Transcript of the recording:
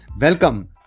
welcome